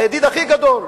הידיד הכי גדול.